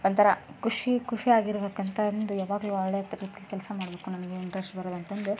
ಒಂಥರ ಖುಷಿ ಖುಷಿಯಾಗಿರಬೇಕು ಅಂತ ಅಂದು ಯಾವಾಗಲೂ ಒಳ್ಳೆಯ ರೀತಿಯಲ್ಲಿ ಕೆಲಸ ಮಾಡಬೇಕು ನನಗೆ ಇಂಟ್ರೆಸ್ಟ್ ಬರುವಂತಂದು